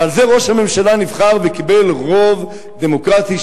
ועל זה ראש הממשלה נבחר וקיבל רוב דמוקרטי,